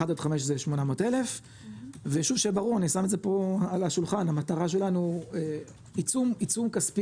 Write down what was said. שיהיה ברור המטרה שלנו היא עיצום כספי